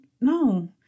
no